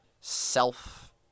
self